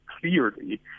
clearly